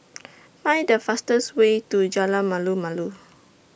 Find The fastest Way to Jalan Malu Malu